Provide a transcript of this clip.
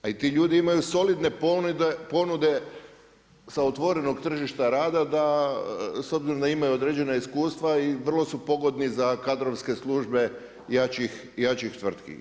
A i ti ljudi imaju solidne ponude sa otvornog tržišta rada, da s obzirom da imaju određena iskustva i vrlo su pogodni za kadrovske službe jačih tvrtki.